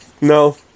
No